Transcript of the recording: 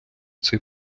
цей